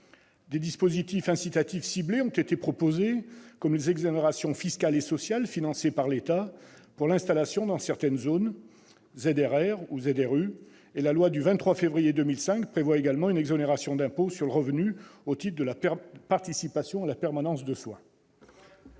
Des dispositifs incitatifs ciblés ont été proposés, comme les exonérations fiscales et sociales financées par l'État pour l'installation dans certaines zones- ZRR ou ZRU -; la loi du 23 février 2005 prévoit également une exonération d'impôt sur le revenu au titre de la participation à la permanence des soins.